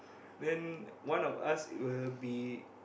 then one of us will be